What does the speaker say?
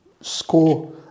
score